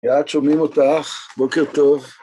ליאת, שומעים אותך. בוקר טוב.